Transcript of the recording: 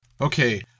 Okay